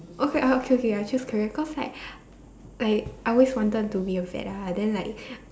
okay okay okay I choose career cause like like I always wanted to be a vet ah then like